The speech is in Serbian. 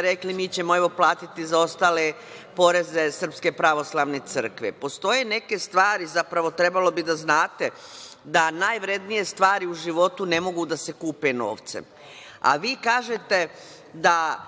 rekli - mi ćemo platiti zaostale poreze Srpske pravoslavne crkve. Postoje neke stvari, zapravo trebalo bi da znate, da najvrednije stvari u životu ne mogu da se kupe novcem. Vi kažete da